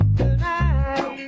tonight